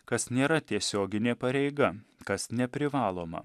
kas nėra tiesioginė pareiga kas neprivaloma